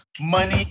money